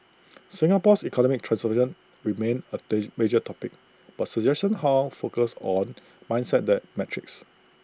Singapore's economic transformation remained A day major topic but suggestions how focused on mindsets than metrics